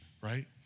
right